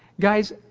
Guys